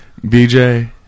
BJ